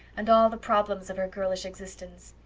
and all the problems of her girlish existence.